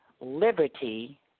liberty